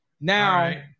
Now